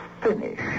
finish